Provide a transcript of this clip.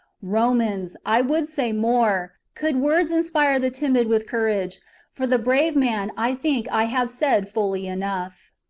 romans, i would say more, could words in spire the timid with courage for the brave man i think i have said fully enough.